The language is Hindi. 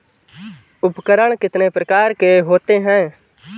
उपकरण कितने प्रकार के होते हैं?